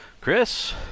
chris